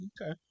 Okay